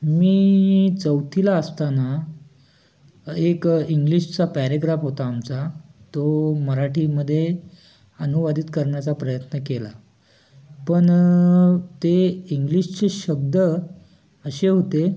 मी चौथीला असताना एक इंग्लिशचा पॅरेग्राफ होता आमचा तो मराठीमध्ये अनुवादित करण्याचा प्रयत्न केला पण ते इंग्लिशचे शब्द असे होते